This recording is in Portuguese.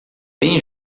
bem